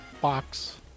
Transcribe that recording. box